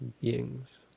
beings